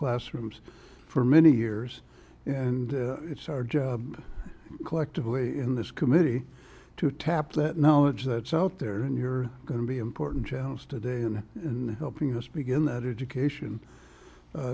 classrooms for many years and it's our job collectively in this committee to tap that knowledge that's out there and you're going to be important challenge today and in helping us begin that occasion